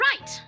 right